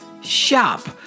shop